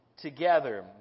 together